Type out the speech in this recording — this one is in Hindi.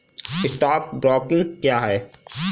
स्टॉक ब्रोकिंग क्या है?